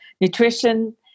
Nutrition